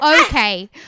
okay